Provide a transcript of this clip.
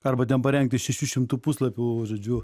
arba ten parengti šešių šimtų puslapių žodžiu